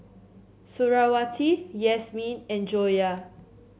Suriawati Yasmin and Joyah